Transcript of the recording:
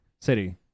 city